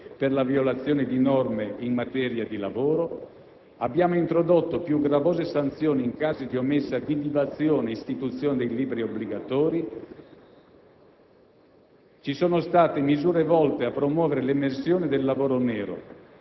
Abbiamo introdotto la quintuplicazione delle sanzioni amministrative già previste per la violazione di norme in materia di lavoro e più gravose sanzioni in caso di omessa vidimazione ed istituzione di libri obbligatori.